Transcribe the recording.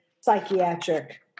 psychiatric